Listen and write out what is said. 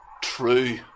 true